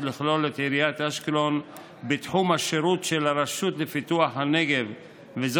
לכלול את עיריית אשקלון בתחום השירות של הרשות לפיתוח הנגב כדי